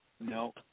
No